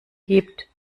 gibt